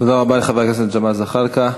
תודה רבה לחבר הכנסת ג'מאל זחאלקה.